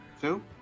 Two